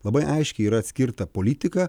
labai aiškiai yra atskirta politika